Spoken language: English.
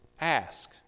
ask